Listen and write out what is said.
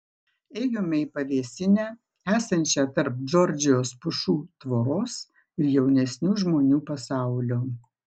ėjome į pavėsinę esančią tarp džordžijos pušų tvoros ir jaunesnių žmonių pasaulio